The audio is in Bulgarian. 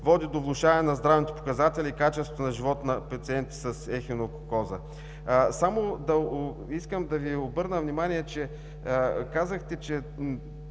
води до влошаване на здравните показатели и качеството на живот на пациентите с ехинококоза. Искам да Ви обърна внимание! Казахте, че